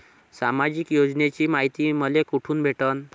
सामाजिक योजनेची मायती मले कोठून भेटनं?